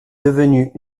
devenue